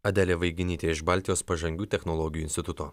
adelė vaiginytė iš baltijos pažangių technologijų instituto